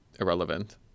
irrelevant